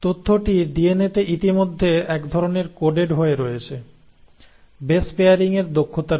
তথ্যটি ডিএনএ তে ইতিমধ্যে এক রকমের কোডেড হয়ে আছে বেস পেয়ারিংয়ের দক্ষতার জন্য